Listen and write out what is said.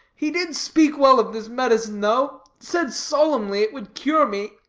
he did speak well of this medicine though said solemnly it would cure me